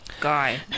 guy